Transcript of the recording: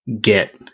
get